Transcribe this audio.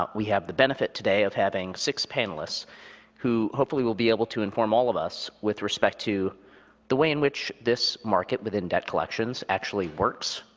um we have the benefit today of having six panelists who hopefully will be able to inform all of us with respect to the way in which this market within debt collections actually works,